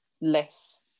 less